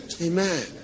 Amen